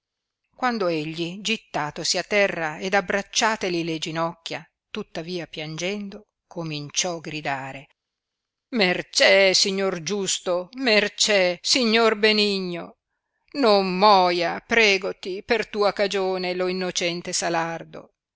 quando egli gittatosi a terra ed abbracciateli le ginocchia tuttavia piangendo cominciò gridare mercè signor giusto mercè signor benigno non moia pregoti per tua cagione lo innocente salardo